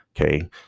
Okay